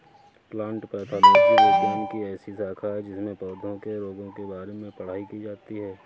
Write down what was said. plant pathology विज्ञान की ऐसी शाखा है जिसमें पौधों के रोगों के बारे में पढ़ाई की जाती है